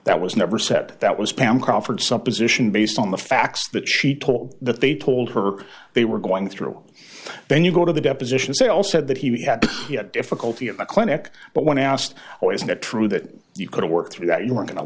that was never said that was pam crawford some position based on the facts that she told that they told her they were going through then you go to the depositions they all said that he had difficulty at a clinic but when asked why isn't it true that you couldn't work through that you were going to